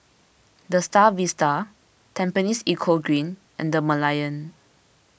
the Star Vista Tampines Eco Green and the Merlion